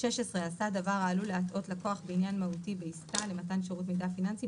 עשה דבר העלול להטעות לקוח בעניין מהותי בעסקה למתן שירות מידע פיננסי,